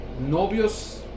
novios